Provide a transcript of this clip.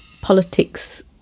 politics